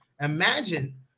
Imagine